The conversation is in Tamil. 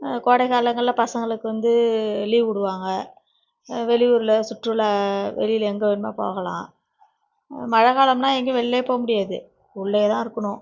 கோடைக்காலங்களில் பசங்களுக்கு வந்து லீவ் விடுவாங்க வெளியூரில் சுற்றுலா வெளியில் எங்கே வேணுமோ போகலாம் மழை காலம்னால் எங்கேயும் வெளிலே போக முடியாது உள்ளேயா தான் இருக்கணும்